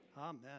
Amen